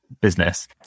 business